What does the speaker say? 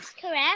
correct